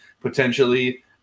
potentially